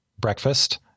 breakfast